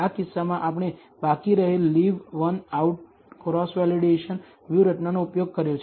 આ કિસ્સામાં આપણે બાકી રહેલ leave one out cross validation વ્યૂહરચનાનો ઉપયોગ કર્યો છે